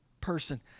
person